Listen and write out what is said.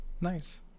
Nice